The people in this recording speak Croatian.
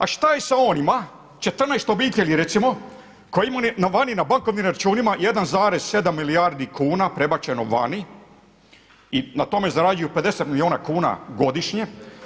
A šta je sa onima 14 obitelji recimo koji imaju vani na bankovnim računima 1,7 milijardi kuna prebačeno vani i na tome zarađuju 50 milijuna kuna godišnje?